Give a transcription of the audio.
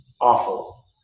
awful